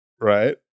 right